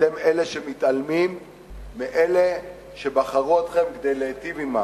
אתם אלה שמתעלמים מאלה שבחרו אתכם כדי להיטיב עמם,